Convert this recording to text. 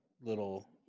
little